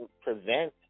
prevent